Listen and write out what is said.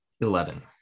Eleven